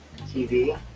TV